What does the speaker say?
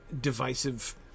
divisive